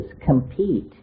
compete